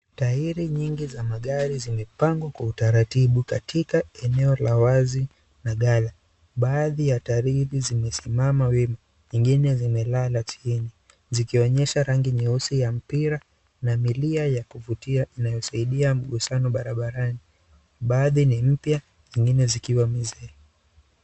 Tairi nyingi za magari zimepangwa kwa utaratibu katika eneo la wazi na gari. Baadhi ya tairi zimesimama wima wengine vimelala chini zikionyesha rangi nyeusi ya mpira na milia ya kuvutia inayosaidia mgusano barabarani. Baadhi ni mpya zingine zikiwa mzee.